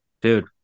dude